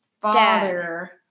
father